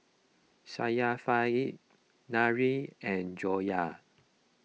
Syafiqah Nurin and Joyah